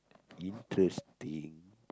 interesting